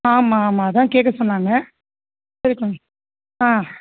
ஆமாம் ஆமாம் அதான் கேட்க சொன்னாங்க சரி கொஞ் ஆ